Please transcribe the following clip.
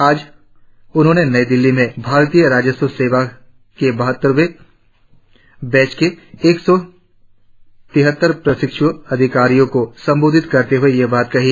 आज उन्होंने नई दिल्ली में भारतीय राजस्व सेवा के बहत्तरवें बैच के एक सौ तिहत्तर प्रशिक्षु अधिकारियों को संबोधित करते यह बात कही